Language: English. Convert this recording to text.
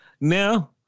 now